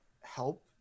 help